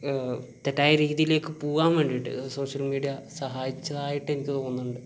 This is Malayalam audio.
തെറ്റായ രീതിയിലേക്ക് പോവാൻ വേണ്ടീട്ട് സോഷ്യൽ മീഡിയ സഹായിച്ചതായിട്ട് എനിക്ക് തോന്നണുണ്ട്